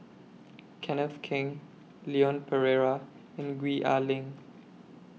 Kenneth Keng Leon Perera and Gwee Ah Leng